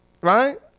right